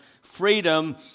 freedom